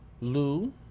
lou